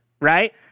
Right